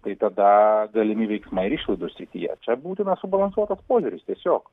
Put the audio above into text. tai tada galimi veiksmai ir išlaidų srityje čia būtinas subalansuotas požiūris tiesiog